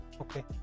okay